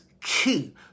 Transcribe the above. key